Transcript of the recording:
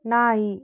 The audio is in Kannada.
ನಾಯಿ